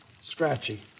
scratchy